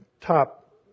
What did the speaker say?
top